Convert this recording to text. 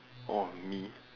orh me